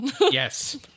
Yes